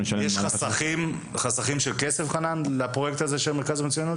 יש חסכים של כסף חנן לפרויקט הזה של המרכז למצויינות?